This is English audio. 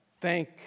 thank